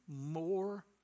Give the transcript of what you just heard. more